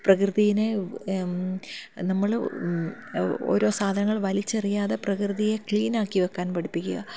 പ്രകൃതിയെ നമ്മൾ ഓരോ സാധനങ്ങൾ വലിച്ചെറിയാതെ പ്രകൃതിയെ ക്ലീനാക്കി വയ്ക്കാൻ പഠിപ്പിക്കുക